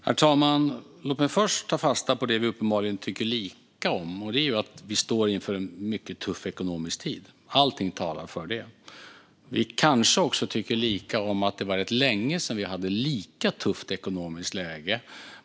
Herr talman! Låt mig först ta fasta på det vi uppenbarligen tycker lika om, nämligen att vi står inför en mycket tuff ekonomisk tid. Allting talar för det. Vi kanske också tycker lika om att det var rätt länge sedan vi hade ett lika tufft ekonomiskt läge.